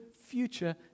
future